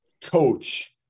coach